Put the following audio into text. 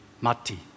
Mati